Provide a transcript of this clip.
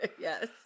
yes